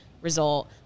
result